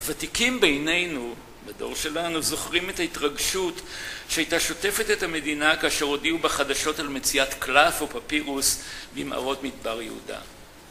ותיקים בינינו, בדור שלנו, זוכרים את ההתרגשות שהייתה שוטפת את המדינה כאשר הודיעו בחדשות על מציאת קלף או פפירוס במערות מדבר יהודה.